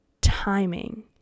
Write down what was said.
timing